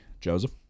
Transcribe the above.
Joseph